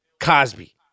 Cosby